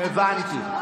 הבנתי.